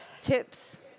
tips